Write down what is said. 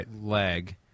leg